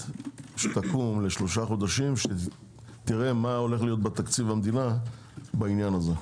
שתקום לשלושה חודשים שתראה מה הולך להיות בתקציב המדינה בעניין הזה.